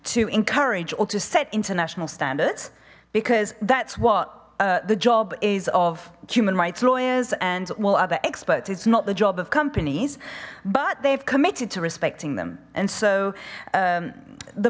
to encourage or to set international standards because that's what the job is of human rights lawyers and while other experts it's not the job of companies but they've committed to respecting them and so